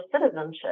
citizenship